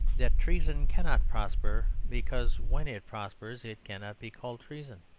that treason cannot prosper, because when it prospers it cannot be called treason.